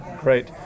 great